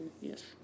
yes